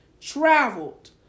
traveled